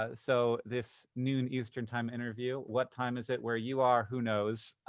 ah so this noon eastern time interview. what time is it where you are? who knows.